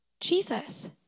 Jesus